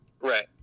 Right